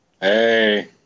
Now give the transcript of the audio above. Hey